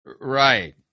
right